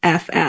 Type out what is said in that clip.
ff